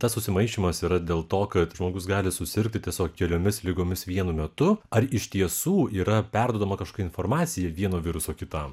tas susimaišymas yra dėl to kad žmogus gali susirgti su keliomis ligomis vienu metu ar iš tiesų yra perduodama kažkokią informaciją vieno viruso kitam